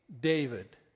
David